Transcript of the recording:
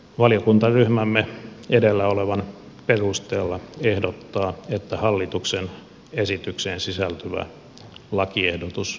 valiokuntaryhmämme edellä olevan perusteella ehdottaa että hallituksen esitykseen sisältyvä lakiehdotus hylätään